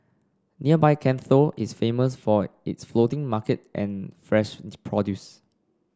nearby Can Tho is famous for its floating market and fresh produce